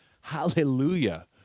Hallelujah